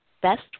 best